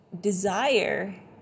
desire